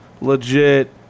legit